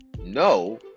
no